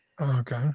okay